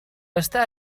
està